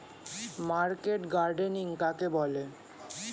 Market gardening কাকে বলে?